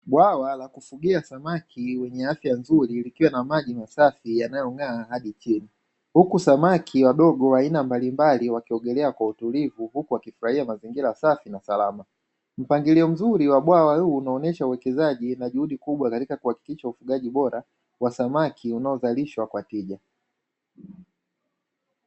Bwawa la kufugia samaki likiwa na maji masafi yanayong'aa hadi chini, huku samaki wadogo wa aina mbalimbali wakiogelea kwaa utulivu huku wakifurahia mazingira safi na salama, mpangilio mzuri wa bwawa huu unaonesha uwekezaji na juhudi kubwa katika kuhakikisha ufugaji bora wa samaki unaozalishwa kwa tija.